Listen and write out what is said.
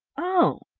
oh,